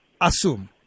assume